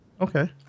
okay